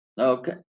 Okay